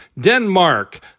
Denmark